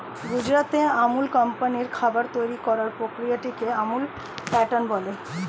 গুজরাটের আমুল কোম্পানির খাবার তৈরি করার প্রক্রিয়াটিকে আমুল প্যাটার্ন বলে